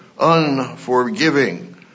unforgiving